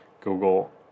Google